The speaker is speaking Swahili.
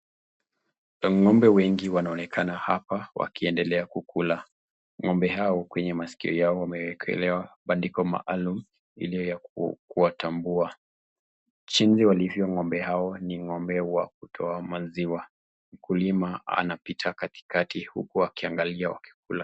Ngo'mbe wengi wanaonekana hapa wakiendelea kukula, ngo'mbe hawa kwenye masikio yao wamewekelewa pandiko maalum hi kuwatambua, jinzi walivyo ngo'mbe hawa ni ngo'mbe wa kutoa maziwa, mkulima anapitia katika huku akiangalia wakikula.